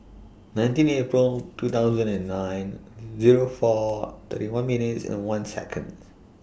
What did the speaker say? nineteen April two thousand and nine Zero four thirty one minutes and one Seconds